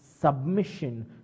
submission